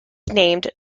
named